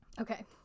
Okay